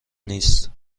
نیست